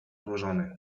złożony